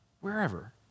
wherever